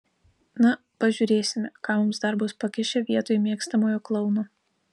na pažiūrėsime ką mums dar bus pakišę vietoj mėgstamojo klouno